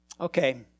okay